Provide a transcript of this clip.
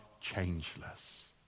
changeless